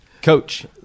Coach